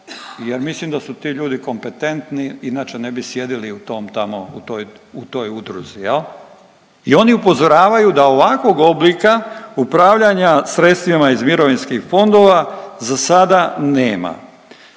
jer mislim da su ti ljudi kompetentni inače ne bi sjedili u tom tamo, u toj udruzi. I oni upozoravaju da ovakvog oblika upravljanja sredstvima iz mirovinskih fondova za sada nema.